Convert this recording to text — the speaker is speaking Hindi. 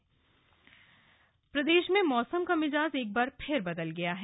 मौसम प्रदेश में मौसम का मिजाज एक बार फिर बदल गया है